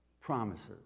promises